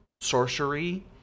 sorcery